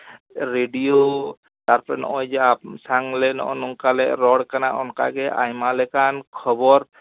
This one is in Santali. ᱨᱮᱰᱤᱭᱳ ᱛᱟᱨᱯᱚᱨᱮ ᱱᱚᱜᱼᱚᱭ ᱡᱮ ᱟᱯᱮ ᱥᱟᱶᱞᱮ ᱱᱚᱜᱼᱚᱭ ᱱᱚᱝᱠᱟ ᱞᱮ ᱨᱚᱲ ᱠᱟᱱᱟ ᱚᱱᱠᱟ ᱜᱮ ᱟᱭᱢᱟ ᱞᱮᱠᱟᱱ ᱠᱷᱚᱵᱚᱨ